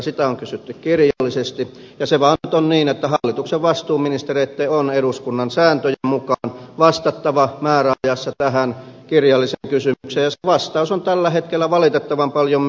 sitä on kysytty kirjallisesti ja se vaan nyt on niin että hallituksen vastuuministereitten on eduskunnan sääntöjen mukaan vastattava määräajassa tähän kirjalliseen kysymykseen ja se vastaus on tällä hetkellä valitettavan paljon myöhässä